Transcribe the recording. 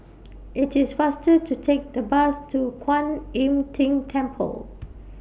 IT IS faster to Take The Bus to Kuan Im Tng Temple